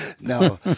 No